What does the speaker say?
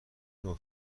نوع